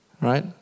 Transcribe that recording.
Right